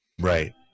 Right